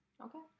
Okay